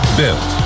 built